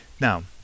Now